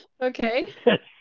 Okay